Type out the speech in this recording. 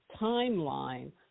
timeline